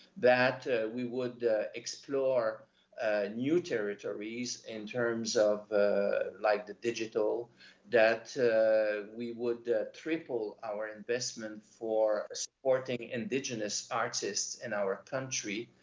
that we would explore new territories in terms of like the digital that we would triple our investment for supporting indigenous artists in our country,